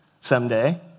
someday